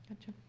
Gotcha